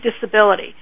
disability